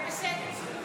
התשפ"ג 2023,